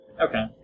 Okay